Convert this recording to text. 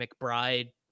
McBride